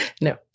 No